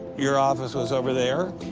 your office was over there?